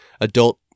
adult